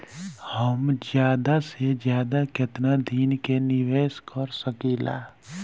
हम ज्यदा से ज्यदा केतना दिन के निवेश कर सकिला?